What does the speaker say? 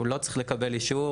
הוא לא צריך לקבל אישור.